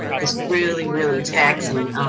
it's really, really taxing.